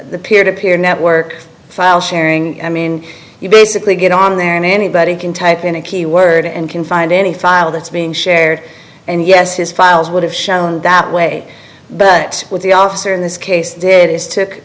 the peer to peer network file sharing i mean you basically get on there and anybody can type in a keyword and can find any file that's being shared and yes his files would have shown that way but with the officer in this case did is took